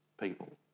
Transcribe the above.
people